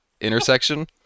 intersection